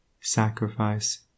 sacrifice